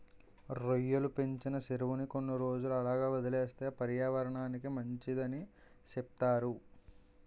రొయ్యలు పెంచిన సెరువుని కొన్ని రోజులు అలాగే వదిలేస్తే పర్యావరనానికి మంచిదని సెప్తారు